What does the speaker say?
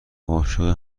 عاشق